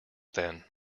then